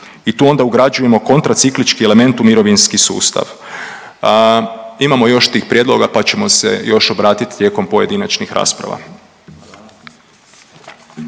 i tu onda ugrađujemo kontraciklički element u mirovinski sustav. Imamo još tih prijedloga pa ćemo se još obratiti tijekom pojedinačnih rasprava.